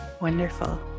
Wonderful